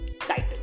title